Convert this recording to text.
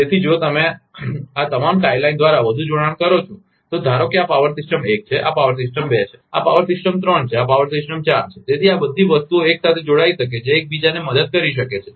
તેથી જો તમે આ તમામ ટાઇ લાઇન દ્વારા વધુ જોડાણ કરો છો તો ધારો કે આ પાવર સિસ્ટમ એક છે આ પાવર સિસ્ટમ બે છે આ પાવર સિસ્ટમ ત્રણ છે આ પાવર સિસ્ટમ ચાર છે તેથી આ બધી વસ્તુઓ એક સાથે જોડાઈ શકે છે એક બીજાને મદદ કરી શકે છે